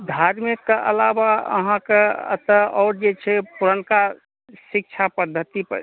धार्मिक के अलावा अहाँके अतय और जे छै पुरनका शिक्षा पद्धति